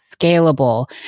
scalable